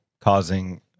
causing